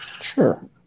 Sure